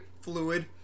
fluid